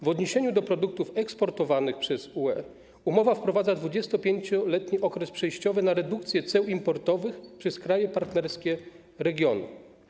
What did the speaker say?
W odniesieniu do produktów eksportowanych przez UE umowa wprowadza 25-letni okres przejściowy na redukcję ceł importowych przez kraje partnerskie regionu.